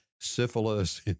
syphilis